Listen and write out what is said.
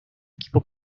equipo